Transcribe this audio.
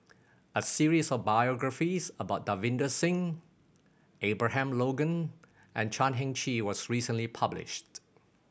a series of biographies about Davinder Singh Abraham Logan and Chan Heng Chee was recently published